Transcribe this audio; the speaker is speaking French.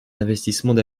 investissements